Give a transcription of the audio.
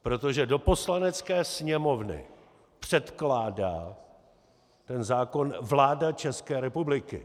Protože do Poslanecké sněmovny předkládá ten zákon vláda České republiky.